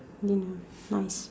nice